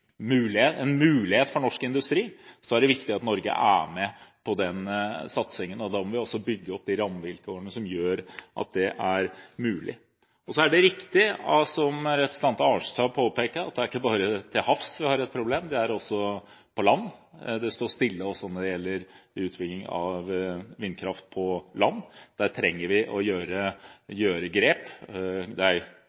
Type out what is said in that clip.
er viktig at Norge er med på den satsingen, som en mulighet for norsk industri, og da må vi også bygge opp de rammevilkårene som gjør at det er mulig. Så er det riktig, som representanten Arnstad påpekte, at det ikke bare er til havs vi har et problem, det er også på land. Det står stille også når det gjelder utvikling av vindkraft på land. Der trenger vi å gjøre